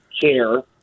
care